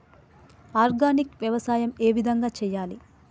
Organic వ్యవసాయం ఏ విధంగా చేయాలి?